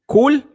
Cool